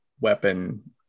weapon